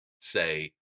say